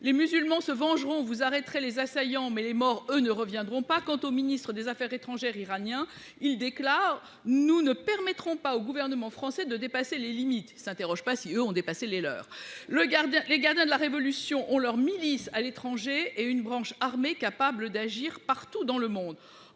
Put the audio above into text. Les musulmans se vengeront. Vous arrêterez les assaillants, mais les morts, eux, ne reviendront pas. » Quant au ministre des affaires étrangères iranien, il a déclaré :« Nous ne permettrons pas au gouvernement français de dépasser les limites. » Il ne se demande pas en revanche si l'Iran a dépassé les siennes ! J'ajoute que les gardiens de la révolution ont leur milice à l'étranger et une branche armée capable d'agir partout dans le monde.